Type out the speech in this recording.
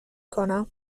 کنم